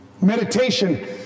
Meditation